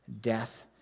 death